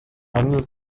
handel